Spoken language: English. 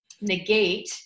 negate